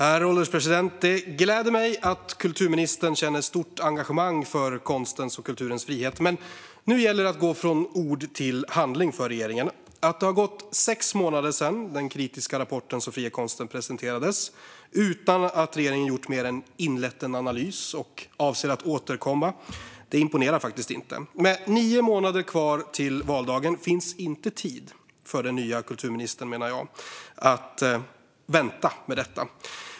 Herr ålderspresident! Det gläder mig att kulturministern känner ett stort engagemang för konstens och kulturens frihet, men nu gäller det för regeringen att gå från ord till handling. Att det har gått sex månader sedan den kritiska rapporten Så fri är konsten STYLEREF Kantrubrik \* MERGEFORMAT Svar på interpellationerMed nio månader kvar till valdagen finns det inte tid för den nya kulturministern, menar jag, att vänta med detta.